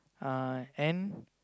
uh and